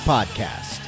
Podcast